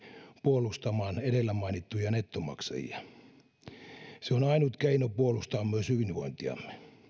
puolustamaan edellä mainittuja nettomaksajia se on ainut keino puolustaa myös hyvinvointiamme